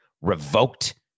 revoked